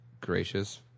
gracious